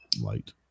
light